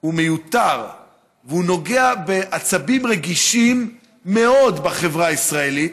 הוא מיותר והוא נוגע בעצבים רגישים מאוד בחברה הישראלית,